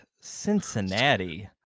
Cincinnati